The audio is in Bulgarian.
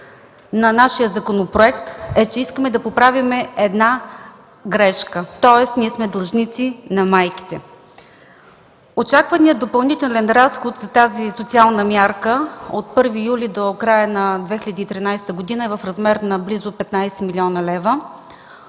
на нашия законопроект е, че искаме да поправим една грешка, тоест ние сме длъжници на майките. Очакваният допълнителен разход за тази социална мярка от 1 юли до края на 2013 г. е в размер на близо 15 млн. лв.